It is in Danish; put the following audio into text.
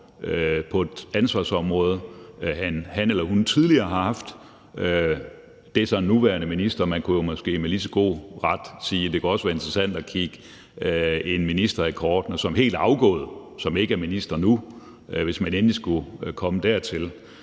på et ansvarsområde, han eller hun tidligere har haft. Det er så en nuværende minister. Man kunne jo måske med lige så god ret sige, at det også kunne være interessant at kigge en minister, som er helt afgået og ikke er minister nu, i kortene, hvis man endelig skulle komme dertil.